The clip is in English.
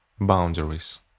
Boundaries